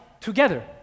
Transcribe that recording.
together